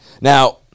Now